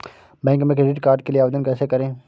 Bank में credit card के लिए आवेदन कैसे करें?